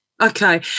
Okay